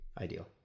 ideal